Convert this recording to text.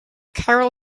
carol